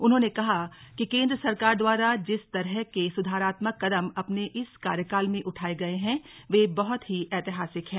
उन्होंने कहा कि केन्द्र सरकार द्वारा जिस तरह के सुधारात्मक कदम अपने इस कार्यकाल में उठाए गये हैं वे बहुत ही ऐतिहासिक हैं